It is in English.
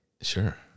Sure